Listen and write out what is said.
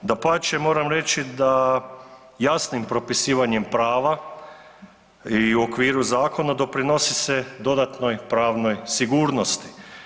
Dapače, moram reći da jasnim propisivanjem prava i u okviru zakona doprinosi se dodatnoj pravnoj sigurnosti.